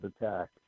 attack